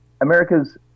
America's